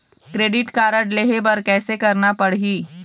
Credit card लेहे बर कैसे करना पड़ही?